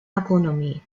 agronomie